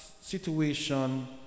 situation